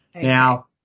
Now